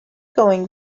going